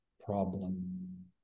problem